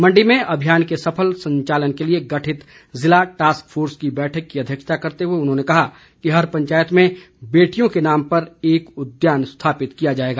मंडी में अभियान के सफल संचालन के लिए गठित जिला टास्क फोर्स की बैठक की अध्यक्षता करते हुए उन्होंने कहा कि हर पंचायत में बेटियों के नाम पर एक उद्यान स्थापित किया जाएगा